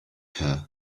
her